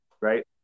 right